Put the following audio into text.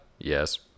Yes